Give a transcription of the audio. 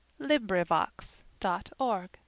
LibriVox.org